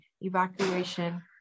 evacuation